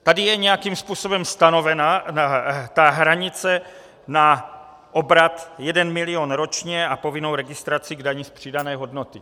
Tady je nějakým způsobem stanovena ta hranice na obrat jeden milion ročně a povinnou registraci k dani z přidané hodnoty.